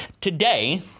today